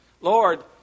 Lord